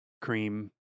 cream